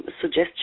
suggestion